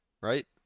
right